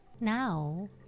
Now